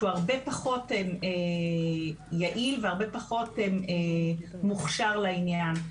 שהוא הרבה פחות יעיל והרבה פחות מוכשר לעניין.